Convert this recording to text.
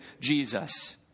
Jesus